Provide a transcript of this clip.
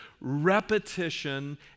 repetition